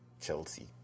Chelsea